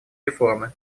реформы